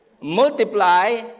Multiply